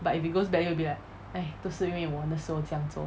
but if it goes badly you will be like !aiya! 都是因为我那时候这样做